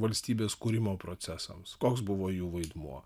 valstybės kūrimo procesams koks buvo jų vaidmuo